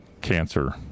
cancer